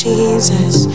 Jesus